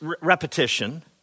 repetition